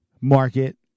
Market